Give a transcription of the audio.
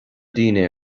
daoine